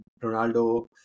Ronaldo